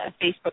Facebook